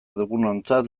dugunontzat